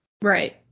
Right